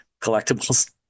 collectibles